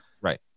Right